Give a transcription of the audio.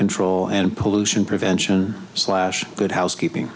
control and pollution prevention slash good housekeeping